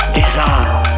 desire